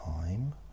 time